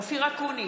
אופיר אקוניס,